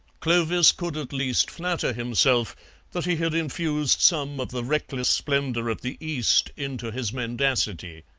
clovis could at least flatter himself that he had infused some of the reckless splendour of the east into his mendacity.